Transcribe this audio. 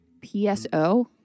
PSO